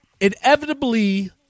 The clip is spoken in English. inevitably